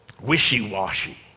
wishy-washy